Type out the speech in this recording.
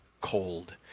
cold